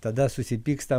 tada susipykstam